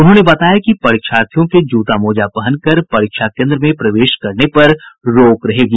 उन्होंने बताया कि परीक्षार्थियों के जूता मोजा पहनकर परीक्षा केन्द्र में प्रवेश करने पर रोक रहेगी